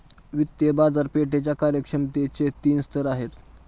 वित्तीय बाजारपेठेच्या कार्यक्षमतेचे तीन स्तर आहेत